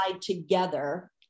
together